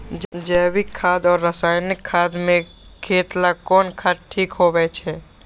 जैविक खाद और रासायनिक खाद में खेत ला कौन खाद ठीक होवैछे?